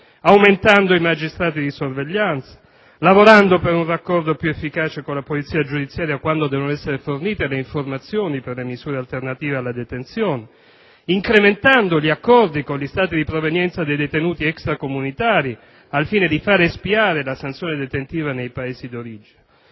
aumentando i magistrati di sorveglianza; lavorando per un raccordo più efficace con la polizia giudiziaria, quando devono essere fornite le informazioni per le misure alternative alla detenzione; incrementando gli accordi con gli Stati di provenienza dei detenuti extracomunitari, al fine di far espiare la sanzione detentiva nei Paesi di origine.